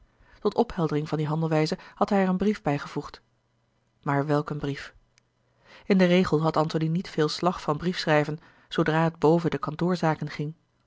tot opheldering van die handelwijze had hij er een brief bijgevoegd maar welk een brief in den regel had antony niet veel slag van briefschrijven zoodra het boven de kantoorzaken ging